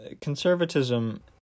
conservatism